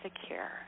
secure